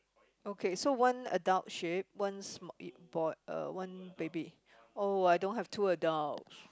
okay so one adult sheep one small uh one baby oh I don't have two adult